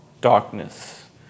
darkness